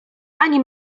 ani